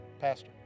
Pastor